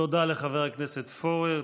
תודה לחבר הכנסת פורר.